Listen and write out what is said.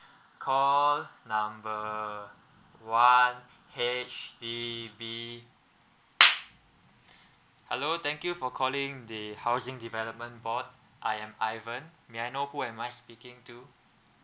call number one H_D_B hello thank you for calling the housing development board I'm ivan may I know who am I speaking to